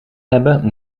hebben